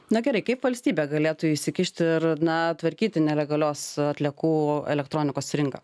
na gerai kaip valstybė galėtų įsikišti ir na tvarkyti nelegalios atliekų elektronikos rinką